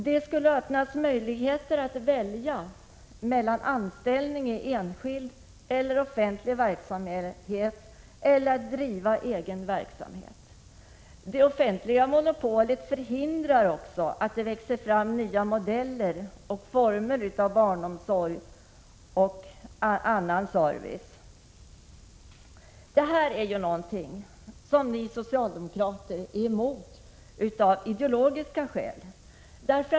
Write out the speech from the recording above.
Det skulle öppnas möjligheter att välja mellan anställning i enskild eller offentlig verksamhet eller att driva egen verksamhet. Det offentliga monopolet förhindrar också att det växer fram nya modeller och former av barnomsorg och annan service. Det här är något som ni socialdemokrater är emot av ideologiska skäl.